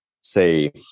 say